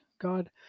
god